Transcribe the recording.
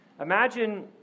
Imagine